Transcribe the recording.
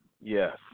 Yes